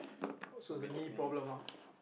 oh so is a knee problem ah